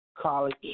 college